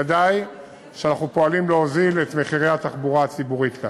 שוודאי שאנחנו פועלים להוזיל את מחירי התחבורה הציבורית כאן.